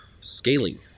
scaling